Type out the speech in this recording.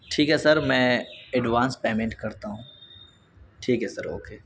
ٹھیک ہے سر میں ایڈوانس پیمنٹ کرتا ہوں ٹھیک ہے سر اوکے